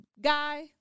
guy